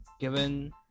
given